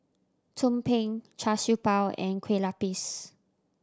tumpeng Char Siew Bao and Kueh Lupis